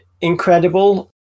incredible